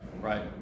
right